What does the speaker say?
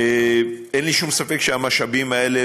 אין לי שום ספק שהמשאבים האלה,